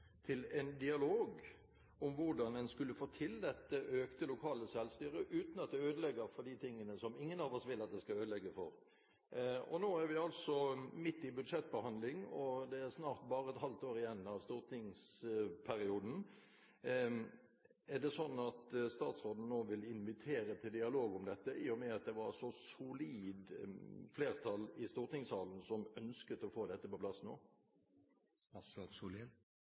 til en dialog om hvordan en skulle få til dette økte lokale selvstyret uten at det ødelegger for det som ingen av oss vil at det skal ødelegge for. Nå er vi altså midt i budsjettbehandlingen, og det er snart bare et halvt år igjen av stortingsperioden. Er det slik at statsråden nå vil invitere til dialog om dette, i og med at det var et så solid flertall i stortingssalen som ønsket å få dette på plass nå?